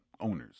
owners